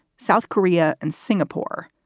south korea and singapore,